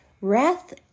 Wrath